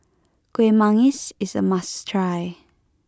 Kuih Manggis is a must try